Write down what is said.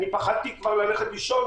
פחדתי כבר ללכת לישון,